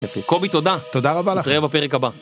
קובי תודה, נתראה בפרק הבא.